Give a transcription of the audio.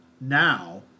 now